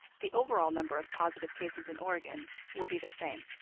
the overall number of positive cases in oregon will be the same.